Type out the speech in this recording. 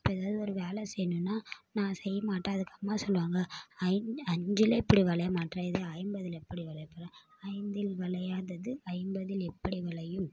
இப்போ எதாவது ஒரு வேலை செய்யணுன்னா நான் செய்ய மாட்டேன் அதுக்கு அம்மா சொல்லுவாங்க அஞ்சிலே இப்படி வளைய மாட்டுற இதே ஐம்பதில் எப்படி வளைய போகிற ஐந்தில் வளையாதது ஐம்பதில் எப்படி வளையும்